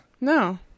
no